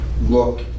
look